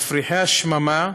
מפריחי השממה,